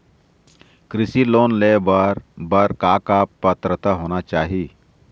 कृषि लोन ले बर बर का का पात्रता होना चाही?